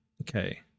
Okay